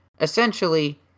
essentially